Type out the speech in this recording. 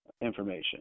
information